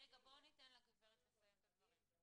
--- רגע, בואו ניתן לגברת לסיים את הדברים.